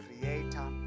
Creator